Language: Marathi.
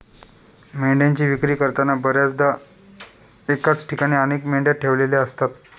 मेंढ्यांची विक्री करताना बर्याचदा एकाच ठिकाणी अनेक मेंढ्या ठेवलेल्या असतात